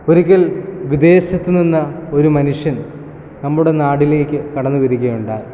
ഒരിക്കൽ വിദേശത്തു നിന്ന് ഒരു മനുഷ്യൻ നമ്മുടെ നാടിലേക്ക് കടന്നു വരിക ഉണ്ടായി